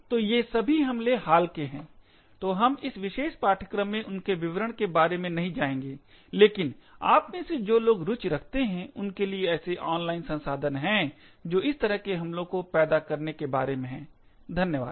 तो ये सभी हमले काफी हाल के हैं तो हम इस विशेष पाठ्यक्रम में उनके विवरण के बारे में नहीं जाएंगे लेकिन आप में से जो लोग रुचि रखते हैं उनके लिए ऐसे ऑनलाइन संसाधन हैं जो इस तरह के हमलों को पैदा करने के बारे में है धन्यवाद